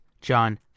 John